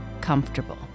comfortable